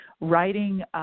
writing